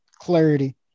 clarity